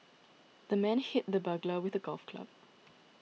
the man hit the burglar with a golf club